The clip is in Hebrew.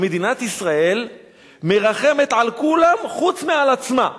כי מדינת ישראל מרחמת על כולם חוץ מעל עצמה.